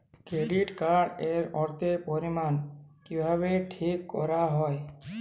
Credit card এর অর্থের পরিমান কিভাবে ঠিক করা হয়?